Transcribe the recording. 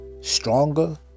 stronger